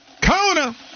Kona